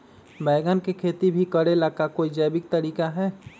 बैंगन के खेती भी करे ला का कोई जैविक तरीका है?